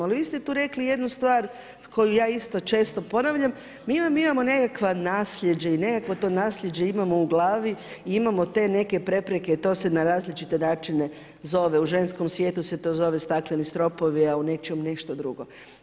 Ali vi ste tu rekli jednu stvar koju ja isto često ponavljam, mi vam imamo nekakva nasljeđe i nekako to nasljeđe imamo u glavi i imamo te neke prepreke i to se na različite načine zove u ženskom svijetu se to zove stakleni stropovi, a u nečijem nešto drugo.